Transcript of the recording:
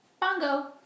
Bongo